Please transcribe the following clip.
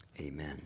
amen